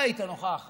אתה היית נוכח,